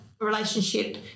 relationship